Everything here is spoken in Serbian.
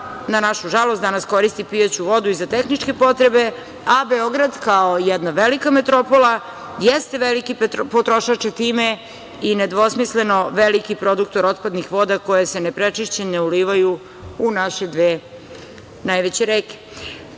na našu žalost, danas koristi pijaću vodu i za tehničke potrebe. Beograd kao jedna velika metropola jeste veliki potrošač, a time i nedvosmisleno veliki produktor otpadnih voda koje se ne prečišćene ulivaju u naše dve najveće reke. Time